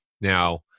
Now